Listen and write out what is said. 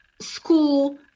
school